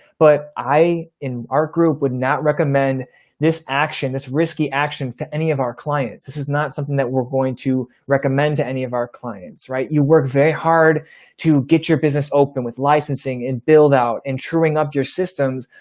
but i in our group would not recommend this action, this risky action to any of our clients. this is not something that we're going to recommend to any of our clients, right? you work very hard to get your business open with licensing and build out and truing up your systems.